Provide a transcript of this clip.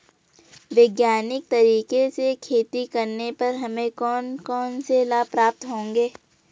वैज्ञानिक तरीके से खेती करने पर हमें कौन कौन से लाभ प्राप्त होंगे?